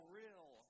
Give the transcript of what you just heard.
real